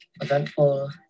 eventful